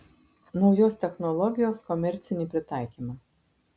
naujos technologijos komercinį pritaikymą